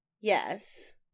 Yes